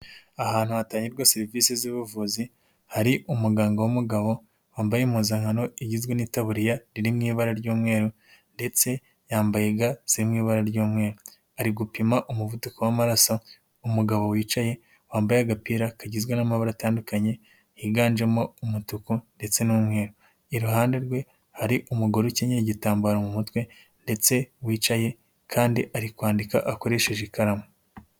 Ahantu hatangirwa serivisi z'ubuvuzi, hari umuganga w'umugabo wambaye impuzankano igizwe n'itaburiya riri mu ibara ry'umweru ndetse yambaye ga ziri mu ibara ry'umweru. Ari gupima umuvuduko w'amaraso umugabo wicaye, wambaye agapira kagizwe n'amabara atandukanye, higanjemo umutuku ndetse n'umweru. Iruhande rwe hari umugore ukenyeye igitambaro mu mutwe ndetse wicaye kandi ari kwandika akoresheje ikaramu.